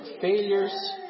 failures